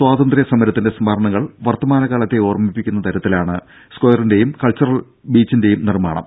സ്വാതന്ത്ര്യ സമരത്തിന്റെ സ്മരണകൾ വർത്തമാനകാലത്തെ ഓർമ്മിപ്പിക്കുന്ന തരത്തിലാണ് സ്ക്വയറിന്റെയും കൾച്ചറൽ ബീച്ചിന്റെയും നിർമ്മാണം